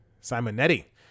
Simonetti